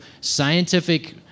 scientific